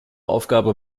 aufgabe